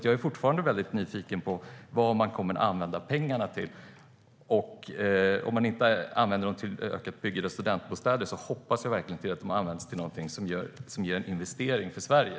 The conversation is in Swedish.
Jag är fortfarande väldigt nyfiken på vad man kommer att använda pengarna till. Om man inte använder pengarna till ett ökat byggande av studentbostäder hoppas jag verkligen att de används till något som ger en investering för Sverige.